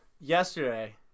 yesterday